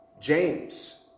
James